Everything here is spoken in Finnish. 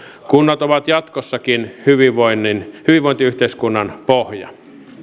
kunnat ovat jatkossakin hyvinvointiyhteiskunnan pohja